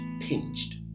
pinched